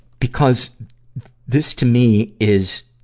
because this, to me, is,